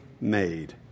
made